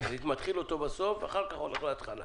המפר הוראה זו,